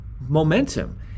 momentum